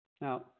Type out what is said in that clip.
Now